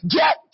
get